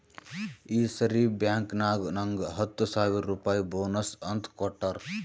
ಈ ಸರಿ ಬ್ಯಾಂಕ್ನಾಗ್ ನಂಗ್ ಹತ್ತ ಸಾವಿರ್ ರುಪಾಯಿ ಬೋನಸ್ ಅಂತ್ ಕೊಟ್ಟಾರ್